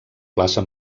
plaça